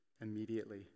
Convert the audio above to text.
immediately